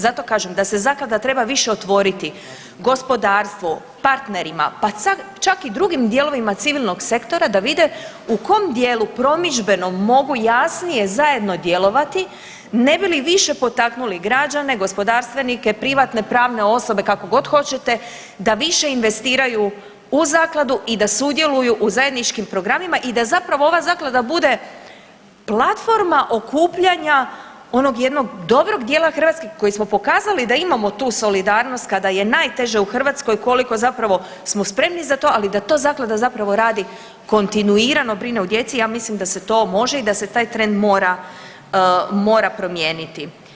Zato kažem da se zaklada treba više otvoriti gospodarstvu, partnerima pa čak i drugim dijelovima civilnog sektora da vide u kom dijelu promidžbenom mogu jasnije zajedno djelovati ne bi li više potaknuli građane, gospodarstvenike, privatne pravne osobe kako god hoćete da više investiraju u zakladu i da sudjeluju u zajedničkim programima i da zapravo ova zaklada bude platforma okupljanja onog jednog dobro dijela Hrvatske koje smo pokazali da imamo tu solidarnost kada je najteže u Hrvatskoj koliko zapravo smo spremni zato, ali da to zaklada zapravo radi kontinuirano brine o djeci i ja mislim da se to može i da se taj trend mora promijeniti.